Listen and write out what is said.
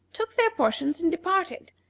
took their portions and departed,